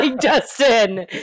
Justin